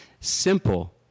Simple